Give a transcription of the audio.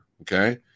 okay